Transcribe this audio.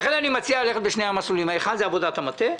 לכן אני מציע ללכת בשני המסלולים: האחד הוא עבודת המטה,